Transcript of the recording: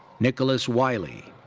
nicholas wiley.